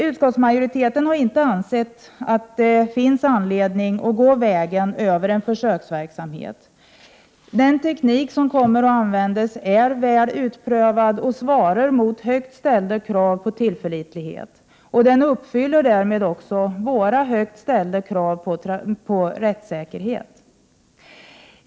Utskottsmajoriteten har inte ansett att det finns anledning att gå vägen över en försöksverksamhet. Den teknik som kommer att användas är väl utprövad och svarar mot högt ställda krav på tillförlitlighet. Den uppfyller därmed också våra högt ställda krav på rättssäkerhet.